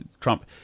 Trump